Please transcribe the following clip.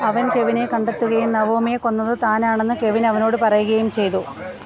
അവൻ കെവിനെ കണ്ടെത്തുകയും നവോമിയെ കൊന്നത് താനാണെന്ന് കെവിൻ അവനോട് പറയുകയും ചെയ്തു